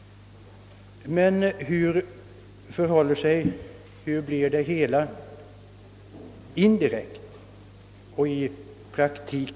Men hur förhåller det sig i praktiken; sker inte sådana leveranser indirekt?